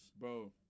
Bro